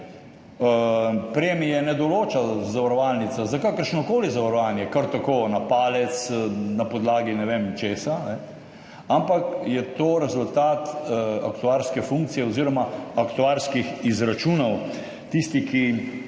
Premije ne določa zavarovalnica za kakršnokoli zavarovanje kar tako na palec, na podlagi ne vem česa, ampak je to rezultat aktuarske funkcije oziroma aktuarskih izračunov. Tisti, ki